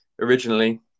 originally